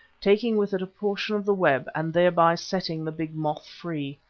taking with it a portion of the web and thereby setting the big moth free.